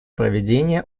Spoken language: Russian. проведения